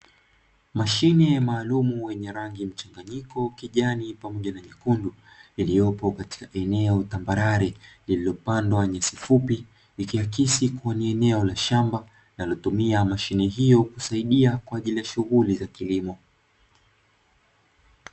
Mashine maalum yenye rangi ya mchanganyiko kijani pamoja na nyekundu, iliyopo katika eneo tambarare lililopandwa nyasi fupi, ikiakisi kuwa ni eneo la shamba, linalotumia mashine hiyo kusaidia kwa ajili ya shughuli za kilimo.